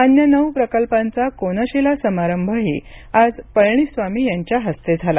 अन्य नऊ प्रकल्पांचा कोनशीला समारंभही आज पळणीस्वामी यांच्या हस्ते झाला